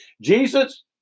Jesus